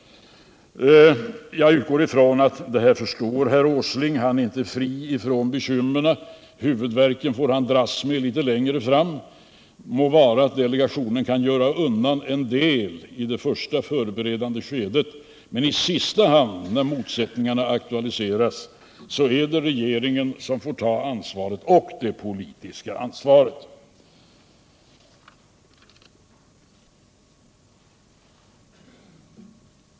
Jag utgår från att herr Åsling förstår detta. Han är inte fri från bekymren, huvudvärken får han dras med litet längre fram. Må vara att delegationen kan göra undan en del i det första förberedande skedet, men i sista hand, när motsättningarna aktualiseras, är det regeringen som får ta det praktiska och det politiska ansvaret.